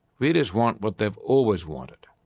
readers want what they've always wanted